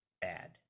bad